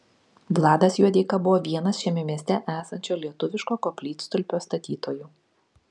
vladas juodeika buvo vienas šiame mieste esančio lietuviško koplytstulpio statytojų